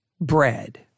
bread